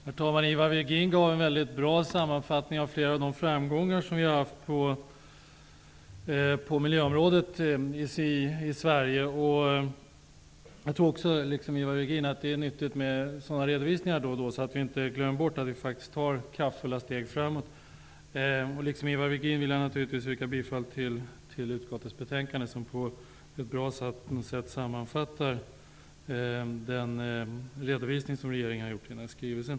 Herr talman! Ivar Virgin gav en bra sammanfattning av flera av de framgångar som vi har haft på miljöområdet i Sverige. Liksom Ivar Virgin tror jag att det är nyttigt med sådana redovisningar då och då, så att vi inte glömmer bort att vi faktiskt tar kraftfulla steg framåt. Liksom Ivar Virgin vill jag naturligtvis yrka bifall till utskottets hemställan. Utskottets betänkande sammanfattar på ett bra sätt den redovisning regeringen har gjort i sin skrivelse.